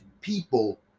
people